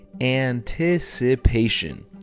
anticipation